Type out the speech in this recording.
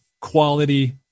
quality